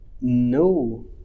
no